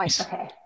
Okay